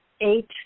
eight